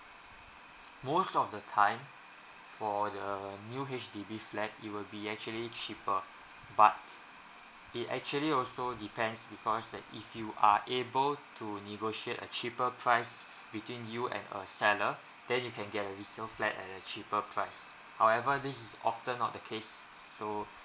most of the time for the new H_D_B flat it will be actually cheaper but it actually also depends because that if you are able to negotiate a cheaper price between you and a seller then you can get a resale flat at a cheaper price however this is often not the case so